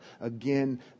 again